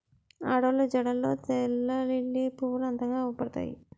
ఆడోళ్ళు జడల్లో తెల్లలిల్లి పువ్వులు అందంగా అవుపడతాయి